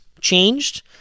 changed